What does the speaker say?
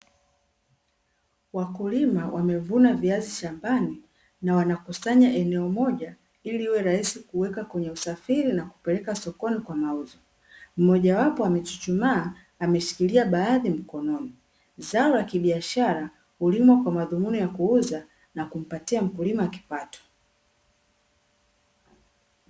Wakulima wamevuna viazi shambani na wanakusanya kwenye eneo moja ili iwe rahisi kupeleka sokoni kwa mauzo, mmojawapo amechuchumaa ameshikilia baadhi mkononi. Zao la kibiashara hulimwa kwa madhumuni ya kuuza na kumpatia mkulima kipato.